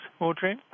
Audrey